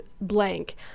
blank